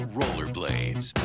rollerblades